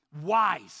wise